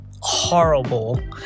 horrible